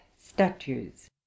Statues